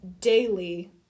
daily